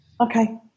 Okay